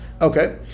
Okay